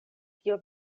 kio